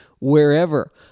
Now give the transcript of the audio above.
wherever